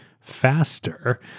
faster